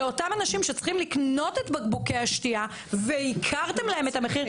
לאותם אנשים שצריכים לקנות את בקבוקי השתייה וייקרתם להם את המחיר,